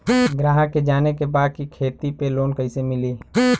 ग्राहक के जाने के बा की खेती पे लोन कैसे मीली?